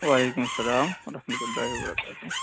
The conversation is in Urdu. وعلیکم السلام ورحمۃ اللہ وبرکاتہ